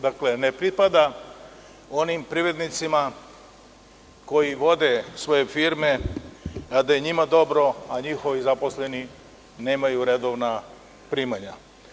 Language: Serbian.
Dakle, ne pripadam onim privrednicima koji vode svoje firme, a da je njima dobro, a njihovim zaposleni nemaju redovna primanja.